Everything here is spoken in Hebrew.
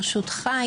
ברשותך,